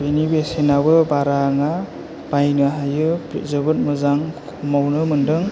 बेनि बेसेनाबो बारा नङा बायनो हायो जोबोर मोजां खमावनो मोनदों